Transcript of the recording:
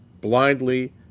blindly